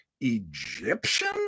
Egyptian